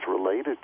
related